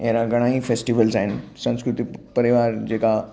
era घणा ई festivals आहिनि संस्कृति परिवार जेका